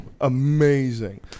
amazing